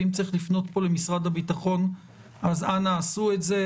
ואם צריך לפנות פה למשרד הביטחון אז אנא עשו את זה.